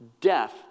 Death